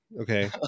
Okay